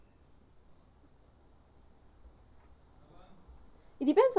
it depends on